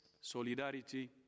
solidarity